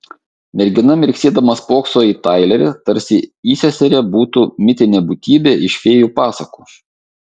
mergina mirksėdama spokso į tailerį tarsi įseserė būtų mitinė būtybė iš fėjų pasakų